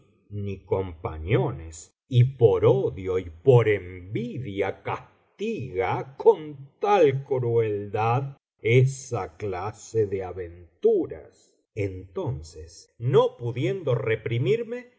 ni compañones y por odio y por envidia castiga con tal crueldad esa clase de aventuras entonces no pudiendo reprimirme